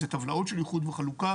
אלו טבלאות של איחוד וחלוקה,